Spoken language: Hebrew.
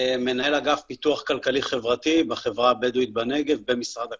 מנהל אגף פיתוח כלכלי חברתי בחברה הבדואית בנגב במשרד הכלכלה.